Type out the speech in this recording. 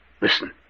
listen